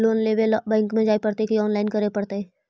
Loan लेवे ल bank में जाय पड़तै कि औनलाइन करे पड़तै?